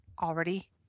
already